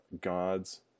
God's